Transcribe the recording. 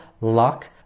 luck